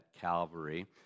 Calvary